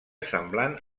semblant